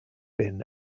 bin